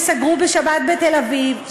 ייסגרו בשבת בתל-אביב,